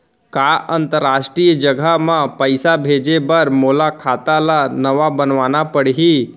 का अंतरराष्ट्रीय जगह म पइसा भेजे बर मोला खाता ल नवा बनवाना पड़ही?